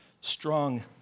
strong